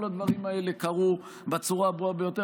כל הדברים האלה קרו בצורה הברורה ביותר,